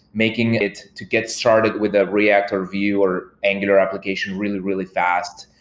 making it to get started with a react or view or angular application really, really fast.